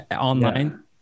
online